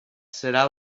serà